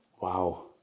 wow